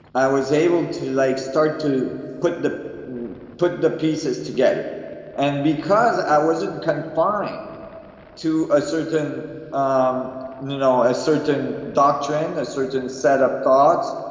i was able to like start to put the put the pieces together and because i wasn't confine to a certain um you know a certain doctoring, a certain set up thought,